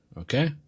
Okay